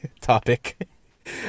topic